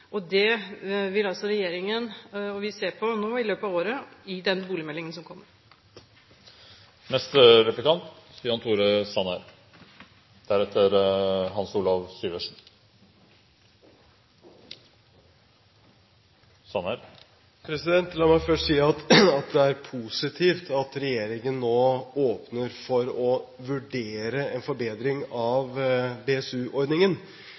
boligbyggingen. Det vil regjeringen, og vi, se på i løpet av året i forbindelse med den boligmeldingen som kommer. La meg først si at det er positivt at regjeringen nå åpner for å vurdere en forbedring